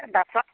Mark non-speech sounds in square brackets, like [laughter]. [unintelligible]